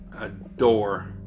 adore